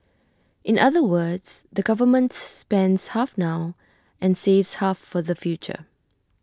in other words the government spends half now and saves half for the future